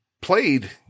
played